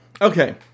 Okay